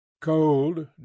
cold